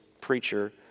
preacher